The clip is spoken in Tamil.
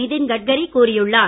நிதின் கட்கரி கூறியுள்ளார்